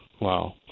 Wow